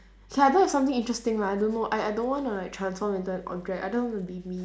K I don't have something interesting lah I don't know I I don't wanna like transform into an object I don't want to be me